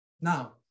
Now